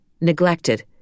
neglected